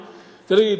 תראי,